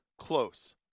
Close